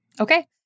Okay